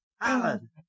Alan